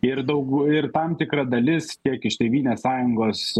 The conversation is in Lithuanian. ir daugų ir tam tikra dalis tiek iš tėvynės sąjungos